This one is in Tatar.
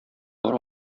бар